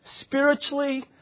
Spiritually